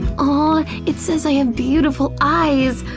ah it says i have beautiful eyes!